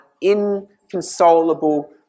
inconsolable